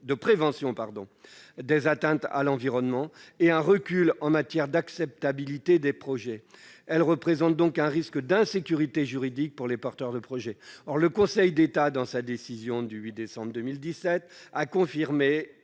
de prévention des atteintes à l'environnement et un recul en matière d'acceptabilité des projets. Elle représente donc un risque d'insécurité juridique pour les porteurs de projet. Or le Conseil d'État, dans sa décision du 8 décembre 2017, a confirmé